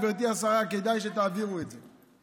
גברתי השרה, כדאי שתעבירו את זה.